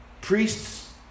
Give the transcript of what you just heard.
Priests